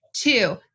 two